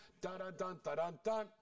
Da-da-da-da-da-da